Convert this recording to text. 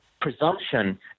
Presumption